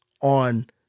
on